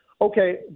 okay